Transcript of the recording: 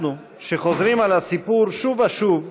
אנחנו, שחוזרים על הסיפור שוב ושוב,